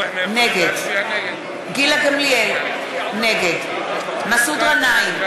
נגד גילה גמליאל, נגד מסעוד גנאים,